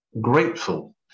grateful